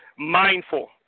mindful